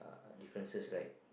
differences right